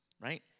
right